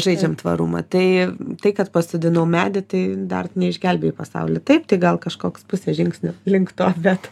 žaidžiam tvarumą tai tai kad pasodinau medį tai dar neišgelbėjai pasaulį taip tai gal kažkoks pusė žingsnio link to bet